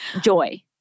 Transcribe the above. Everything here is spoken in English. joy